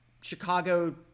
Chicago